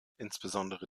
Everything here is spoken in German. insbesondere